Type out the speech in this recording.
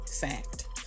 Fact